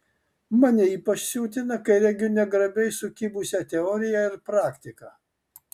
mane ypač siutina kai regiu negrabiai sukibusią teoriją ir praktiką